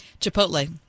Chipotle